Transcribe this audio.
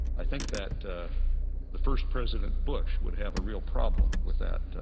i think that the first president bush would have a real problem with that